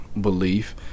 Belief